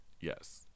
Yes